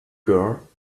girl